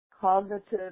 cognitive